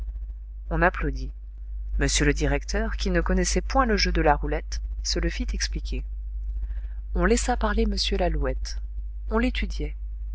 on applaudit m le directeur qui ne connaissait point le jeu de la roulette se le fit expliquer on laissa parler m lalouette on l'étudiait